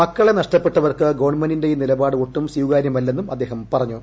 മക്കളെ നഷ്ടപ്പെട്ടവർക്ക് ഗവൺമെന്റിന്റെ ഈ നിലപാട് ഒട്ടും സ്ഥീകാര്യമല്ലെന്നും അദ്ദേഹം പറഞ്ഞു